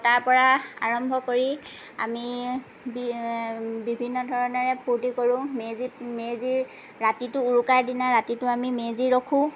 পতাৰ পৰা আৰম্ভ কৰি আমি বিভিন্ন ধৰণেৰে ফুৰ্তি কৰোঁ মেজিত মেজিৰ ৰাতিটো উৰুকাৰ দিনা ৰাতিটো আমি মেজি ৰখোঁ